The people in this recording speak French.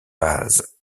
paz